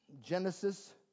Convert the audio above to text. Genesis